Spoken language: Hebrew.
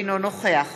אינו נוכח